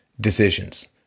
decisions